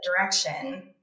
direction